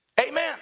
amen